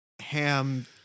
ham